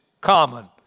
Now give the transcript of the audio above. common